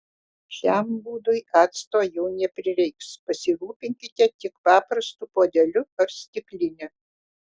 šiam būdui acto jau neprireiks pasirūpinkite tik paprastu puodeliu ar stikline